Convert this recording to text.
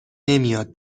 نمیاد